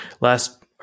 last